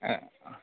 ए